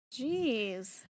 Jeez